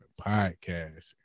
Podcast